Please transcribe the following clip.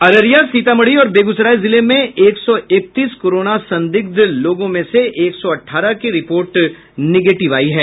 अररिया सीतामढ़ी और बेगूसराय जिले में एक सौ इकतीस कोरोना संदिग्ध लोगों में से एक सौ अठारह की रिपोर्ट निगेविट आयी है